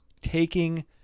taking